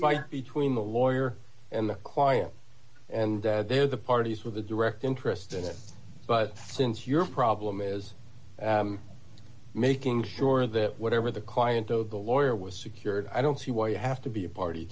fight between the lawyer and the quiet and dad there the parties with a direct interest in it but since your problem is making sure that whatever the client though the lawyer was secured i don't see why you have to be a party